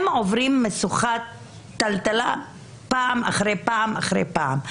הם עוברים טלטלה פעם אחרי פעם אחרי פעם.